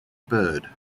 bird